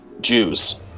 Jews